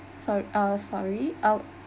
so~ ah sorry out